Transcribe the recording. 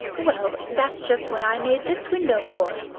well, that's just what i made this window for.